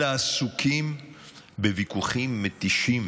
אלא עסוקים בוויכוחים מתישים